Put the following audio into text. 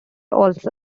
also